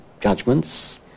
judgments